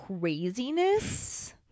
craziness